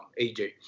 AJ